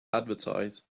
advertise